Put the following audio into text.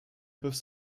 peuvent